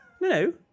no